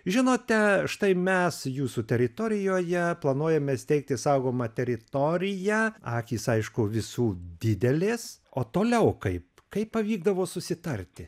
žinote štai mes jūsų teritorijoje planuojame steigti saugomą teritoriją akys aišku visų didelės o toliau kaip kaip pavykdavo susitarti